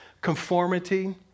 Conformity